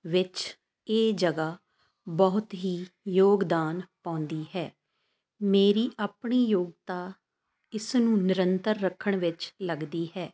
ਵਿਚ ਇਹ ਜਗ੍ਹਾ ਬਹੁਤ ਹੀ ਯੋਗਦਾਨ ਪਾਉਂਦੀ ਹੈ ਮੇਰੀ ਆਪਣੀ ਯੋਗਤਾ ਇਸ ਨੂੰ ਨਿਰੰਤਰ ਰੱਖਣ ਵਿੱਚ ਲੱਗਦੀ ਹੈ